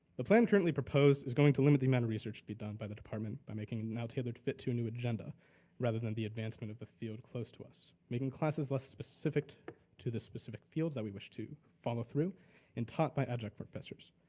the plan currently proposed is going to limit the amount of research be done by the department by making it now tailored fit to a new agenda rather than the advancement of the field close to us, making classes less specific to the specific field that we wish to follow through and taught by adjunct professors.